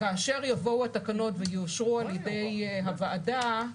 כאשר יבואו התקנות ויאושרו על-ידי הוועדה,